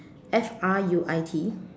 F R U I T